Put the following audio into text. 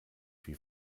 wie